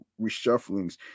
reshufflings